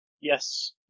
Yes